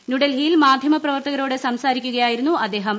ന്യൂഡൽഹിയിൽ മാധ്യമ പ്രവർത്തകരോട് സംസാരിക്കുകയായിരുന്നു അദ്ദേഹം